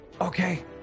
Okay